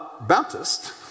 Baptist